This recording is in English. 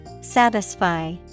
Satisfy